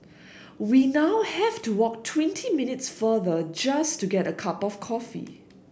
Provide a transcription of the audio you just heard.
we now have to walk twenty minutes farther just to get a cup of coffee